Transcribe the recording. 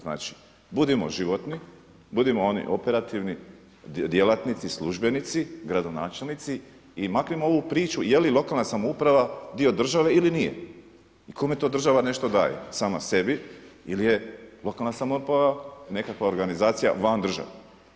Znači budimo životni, budimo oni operativni djelatnici, službenici, gradonačelnici i maknimo ovu priču je li lokalna samouprava dio države ili nije i kome to država nešto daje, sama sebi ili je lokalna samouprava nekakva organizacija van države.